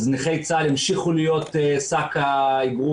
אז נכי צה"ל ימשיכו להיות שק החבטות